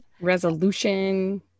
Resolution